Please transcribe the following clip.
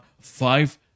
five